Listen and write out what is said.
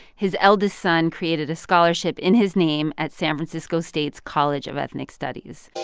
his eldest son created a scholarship in his name at san francisco state's college of ethnic studies.